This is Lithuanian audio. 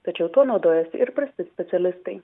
tačiau tuo naudojasi ir prasti specialistai